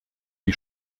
die